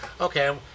okay